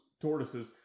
tortoises